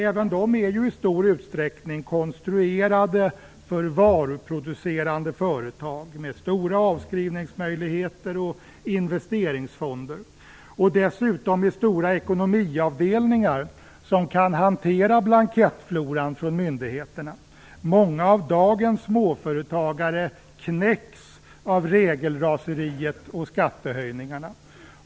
Även de är i stor utsträckning konstruerade för varuproducerande företag med stora avskrivningsmöjligheter och investeringsfonder - och dessutom med stora ekonomiavdelningar som kan hantera blankettfloran från myndigheterna. Många av dagens småföretagare knäcks av regelraseriet och skattehöjningarna.